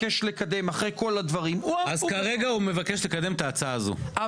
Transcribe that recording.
צריך לתקן, יש הרבה מה לתקן, אבל